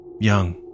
Young